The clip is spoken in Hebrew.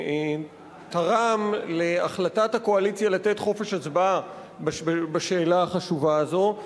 שתרם להחלטת הקואליציה לתת חופש הצבעה בשאלה החשובה הזאת.